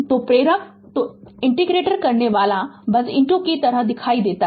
तो प्रेरक तो इनडकटर्स करने वाला बस कि तरह दिखता है